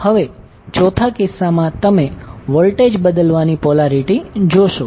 હવે ચોથા કિસ્સામાં તમે વોલ્ટેજ બદલવાની પોલારિટી જોશો